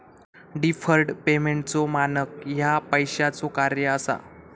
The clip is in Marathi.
डिफर्ड पेमेंटचो मानक ह्या पैशाचो कार्य असा